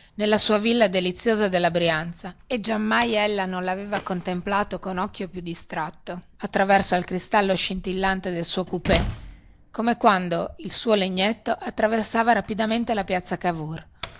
nella sua villa deliziosa della brianza e giammai ella non lavea contemplato con occhio più distratto attraverso al cristallo scintillante del suo coupé come quando il suo legnetto attraversava rapidamente la piazza cavour